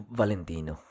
valentino